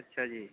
ਅੱਛਾ ਜੀ